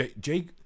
Jake